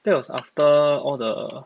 that was after all the